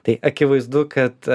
tai akivaizdu kad